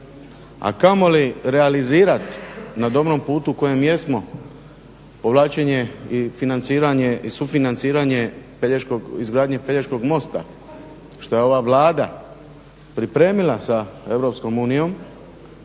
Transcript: a kamoli realizirat na dobrom putu kojem jesmo povlačenje i financiranje i sufinanciranje izgradnje Pelješkog mosta što je ova Vlada pripremila sa EU